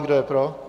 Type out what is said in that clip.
Kdo je pro?